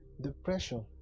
depression